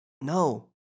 no